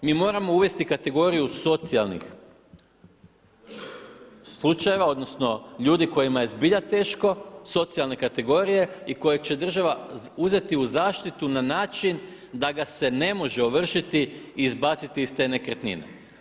Mi moramo uvesti kategoriju socijalnih slučajeva, odnosno ljudi kojima je zbilja teško, socijalne kategorije i kojeg će država uzeti u zaštitu na način da ga se ne može ovršiti i izbaciti iz te nekretnine.